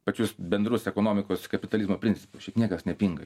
pačius bendrus ekonomikos kapitalizmo principus šiaip niekas nepinga